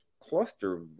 cluster